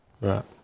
Right